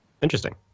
Interesting